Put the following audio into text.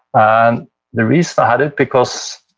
and the reason i had it, because